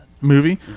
movie